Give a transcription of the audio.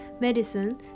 medicine